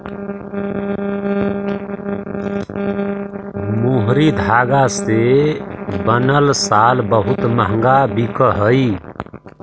मोहरी धागा से बनल शॉल बहुत मँहगा बिकऽ हई